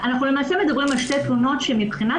אנחנו למעשה מדברים על שתי תלונות שמבחינת